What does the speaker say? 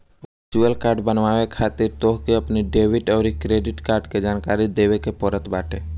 virtual card बनवावे खातिर तोहके अपनी डेबिट अउरी क्रेडिट कार्ड के जानकारी देवे के पड़त बाटे